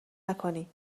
نکنی